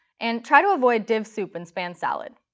and try to avoid div soup and span salad.